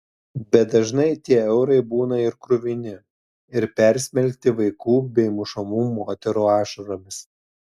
bet dažnai tie eurai būna ir kruvini ir persmelkti vaikų bei mušamų moterų ašaromis